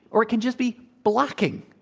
or it can just be blocking.